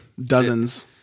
dozens